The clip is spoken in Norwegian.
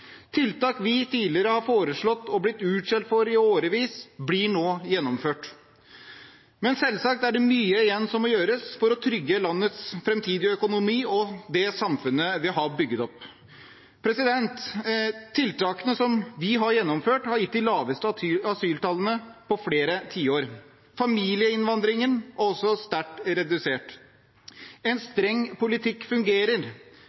Tiltak vi tidligere har foreslått og blitt utskjelt for i årevis, blir nå gjennomført. Men selvsagt er det mye igjen som må gjøres for å trygge landets framtidige økonomi og det samfunnet vi har bygget opp. Tiltakene som vi har gjennomført, har gitt de laveste asyltallene på flere tiår. Familieinnvandringen er også sterkt redusert. En streng politikk fungerer.